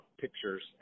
pictures